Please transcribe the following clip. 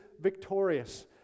victorious